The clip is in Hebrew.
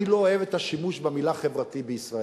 אני לא אוהב את השימוש במלה "חברתי" בישראל,